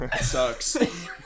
sucks